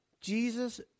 Jesus